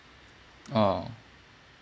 oh